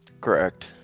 Correct